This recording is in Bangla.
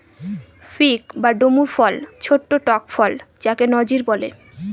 ফিগ বা ডুমুর ফল ছোট্ট টক ফল যাকে নজির বলে